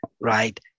right